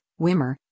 Wimmer